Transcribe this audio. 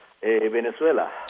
Venezuela